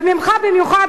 וממך במיוחד,